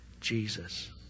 Jesus